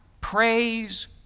praise